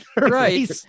right